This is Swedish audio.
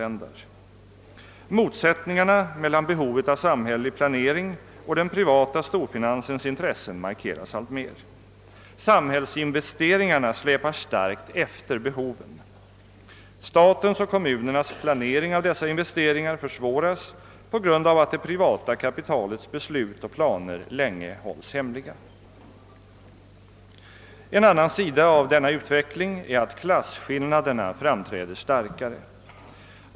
Motsättningarna mellan behovet av samhällelig planering och den privata storfinansens intressen markeras alltmer. Sambhällsinvesteringarna släpar starkt efter jämfört med behoven. Statens och kommunernas planering av dessa investeringar försvåras på grund av att det privata kapitalets beslut och planer länge hålls hemliga. En annan sida av denna utveckling är att klasskillnaderna framträder starkare.